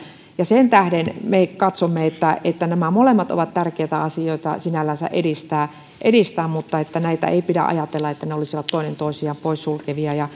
sen tähden me katsomme että että nämä molemmat ovat tärkeitä asioita sinällänsä edistää edistää mutta ei pidä ajatella että ne olisivat toinen toisiaan poissulkevia